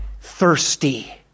thirsty